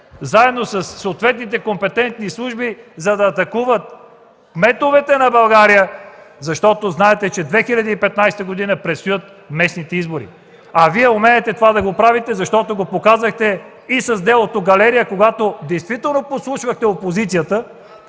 заедно със съответните компетентни служби, за да атакуват кметовете на България. Знаете, че в 2015 г. предстоят местни избори. Вие умеете да правите това. Показахте го и с делото „Галерия”, когато действително подслушвахте опозицията.